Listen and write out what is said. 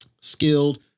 Skilled